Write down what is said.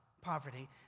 poverty